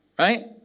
Right